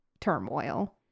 turmoil